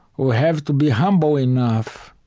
we have to be humble enough